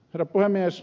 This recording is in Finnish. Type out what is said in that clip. herra puhemies